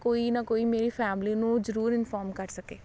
ਕੋਈ ਨਾ ਕੋਈ ਮੇਰੀ ਫੈਮਿਲੀ ਨੂੰ ਜ਼ਰੂਰ ਇਨਫੋਰਮ ਕਰ ਸਕੇ